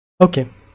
Okay